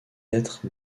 être